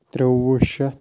ترٛوُہ شَتھ